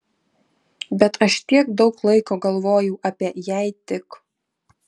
bet aš tiek daug laiko galvojau apie jei tik